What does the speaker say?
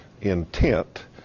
intent